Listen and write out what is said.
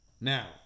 Now